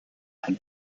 had